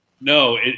No